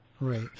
Right